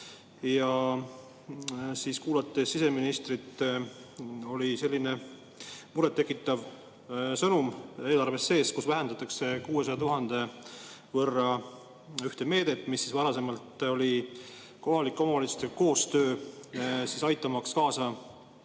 Kuulates siseministrit, oli selline muret tekitav sõnum eelarves sees, et vähendatakse 600 000 euro võrra ühte meedet, mis varasemalt oli kohalike omavalitsuste koostöö, aitamaks kaasa